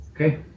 Okay